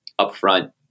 upfront